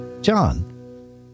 John